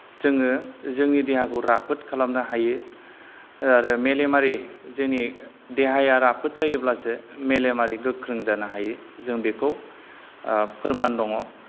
जोङो जोंनि देहाखौ राफोद खालामनो हायो आरो मेलेमारि जोंनि देहाया राफोद जायोब्लासो मेलेमारि गोख्रों जानो हायो जों बेखौ फोरमान दङ